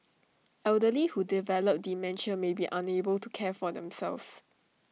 elderly who develop dementia may be unable to care for themselves